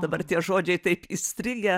dabar tie žodžiai taip įstrigę